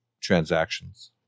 transactions